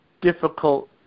difficult